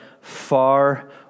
far